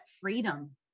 freedom